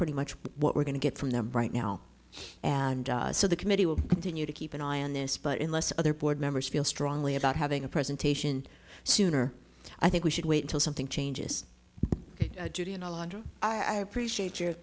pretty much what we're going to get from them right now and so the committee will continue to keep an eye on this but unless other board members feel strongly about having a presentation sooner i think we should wait until something changes judy and alondra i appreciate your